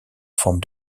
forme